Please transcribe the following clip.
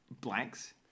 blanks